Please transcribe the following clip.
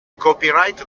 copyright